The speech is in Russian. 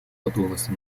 готовности